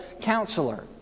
counselor